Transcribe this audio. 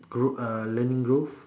grow uh learning growth